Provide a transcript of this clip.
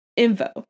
Info